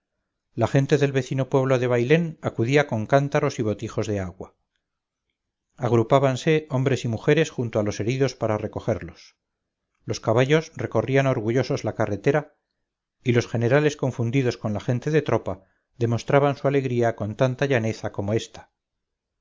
la gente del vecino pueblo de bailén acudía con cántaros y botijos de agua agrupábanse hombres y mujeres junto a los heridos para recogerlos los caballos recorrían orgullosos la carretera y los generales confundidos con la gente de tropa demostraban su alegría con tanta llaneza como esta